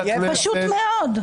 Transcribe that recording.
פשוט מאוד.